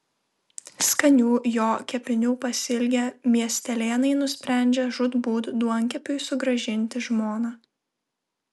skanių jo kepinių pasiilgę miestelėnai nusprendžia žūtbūt duonkepiui sugrąžinti žmoną